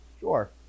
Sure